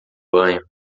banho